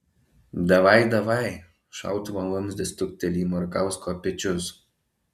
davaj davaj šautuvo vamzdis stukteli į markausko pečius